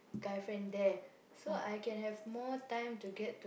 guy friend there so I can have more time to get to